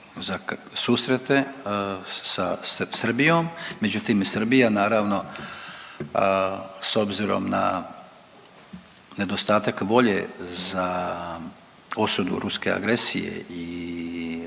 za susrete sa Srbijom. Međutim, Srbija naravno s obzirom na nedostatak volje za osudu ruske agresije